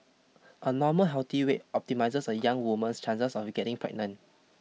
a normal healthy weight optimises a young woman's chances of getting pregnant